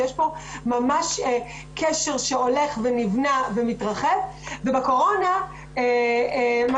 יש פה ממש קשר שהולך ונבנה ומרחב ובקורונה מה